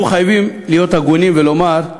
אנחנו חייבים להיות הגונים ולומר: